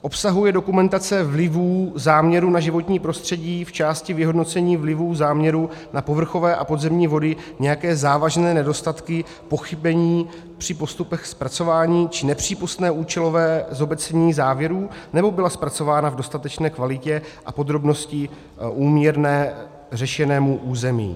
Obsahuje dokumentace vlivů záměru na životní prostředí v části vyhodnocení vlivů záměru na povrchové a podzemní vody nějaké závažné nedostatky, pochybení při postupech zpracování či nepřípustné účelové zobecnění závěrů, nebo byla zpracována v dostatečné kvalitě a podrobnosti úměrné řešenému území?